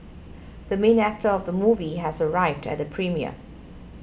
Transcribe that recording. the main actor of the movie has arrived at the premiere